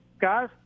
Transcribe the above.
guys